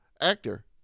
actor